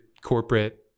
corporate